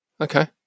Okay